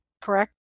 correct